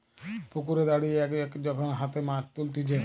পুকুরে দাঁড়িয়ে এক এক যখন হাতে মাছ তুলতিছে